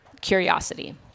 curiosity